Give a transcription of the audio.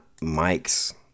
Mike's